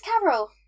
Carol